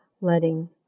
letting